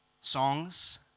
songs